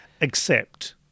accept